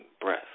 breath